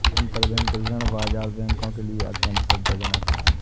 अंतरबैंक ऋण बाजार बैंकों के लिए अत्यंत सुविधाजनक है